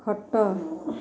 ଖଟ